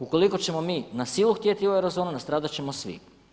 Ukoliko ćemo mi na silu htjeti u Eurozonu nastradat ćemo svi.